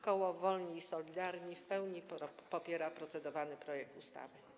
Koło Wolni i Solidarni w pełni popiera procedowany projekt ustawy.